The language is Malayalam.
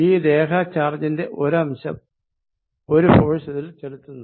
ഈ രേഖ ചാർജിന്റെ ഒരംശം ഒരു ഫോഴ്സ് ഇതിൽ ചെലുത്തുന്നു